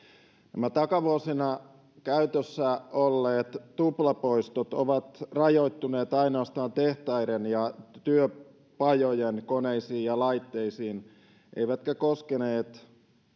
nämä takavuosina käytössä olleet tuplapoistot ovat rajoittuneet ainoastaan tehtaiden ja työpajojen koneisiin ja laitteisiin eivätkä koskeneet